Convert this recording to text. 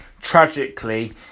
Tragically